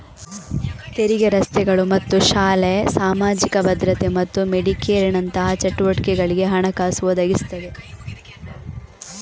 ತೆರಿಗೆ ರಸ್ತೆಗಳು ಮತ್ತು ಶಾಲೆ, ಸಾಮಾಜಿಕ ಭದ್ರತೆ ಮತ್ತು ಮೆಡಿಕೇರಿನಂತಹ ಚಟುವಟಿಕೆಗಳಿಗೆ ಹಣಕಾಸು ಒದಗಿಸ್ತದೆ